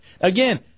again